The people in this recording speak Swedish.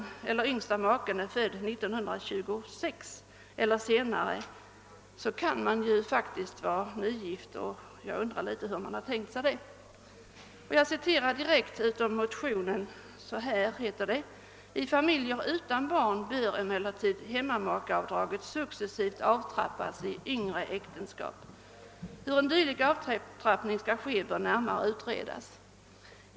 Om yngsta maken är född 1926 eller senare kan vederbörande faktiskt vara nygifta, och jag undrar litet hur man tänkt sig detta. Jag citerar direkt ur motionen II: 1223: »I familjer utan barn bör emellertid hemmamakeavdraget successivt avtrappas i yngre äktenskap. Hur en dylik avtrappning skall ske bör närmare utredas.